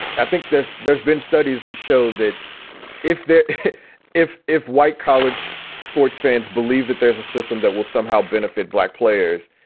i think there's there's been studies that show that if if if white college sports fans believe that there's a system that will somehow benefit black players,